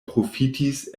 profitis